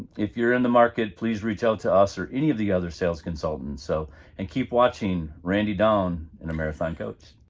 if you're in the market, please reach out to us or any of the other sales consultants. so and keep watching randy, dawn, and a marathon coach.